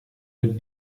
with